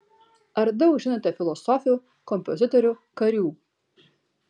ar daug žinote filosofių kompozitorių karių